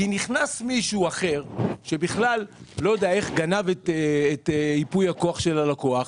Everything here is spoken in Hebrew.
כי נכנס מישהו אחר שבכלל לא יודע איך גנב את ייפוי הכוח של הלקוח,